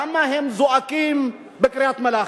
למה הם זועקים בקריית-מלאכי,